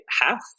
half